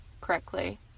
correctly